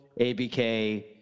ABK